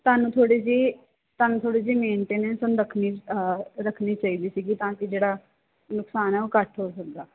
ਤੁਹਾਨੂੰ ਥੋੜ੍ਹੀ ਜਿਹੀ ਤੁਹਾਨੂੰ ਥੋੜ੍ਹੀ ਜਿਹੀ ਮੇਨਟੇਨੈਂਸ ਹੁਣ ਰੱਖਣੀ ਰੱਖਣੀ ਚਾਹੀਦੀ ਸੀਗੀ ਤਾਂ ਕਿ ਜਿਹੜਾ ਨੁਕਸਾਨ ਆ ਉਹ ਘੱਟ ਹੋ ਸਕਦਾ